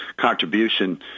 contribution